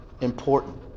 important